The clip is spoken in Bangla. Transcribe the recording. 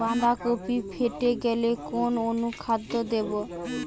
বাঁধাকপি ফেটে গেলে কোন অনুখাদ্য দেবো?